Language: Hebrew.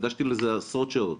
הקדשתי לזה עשרות שעות.